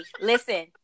listen